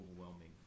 overwhelming